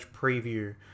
Preview